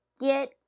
Get